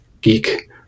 geek